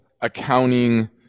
accounting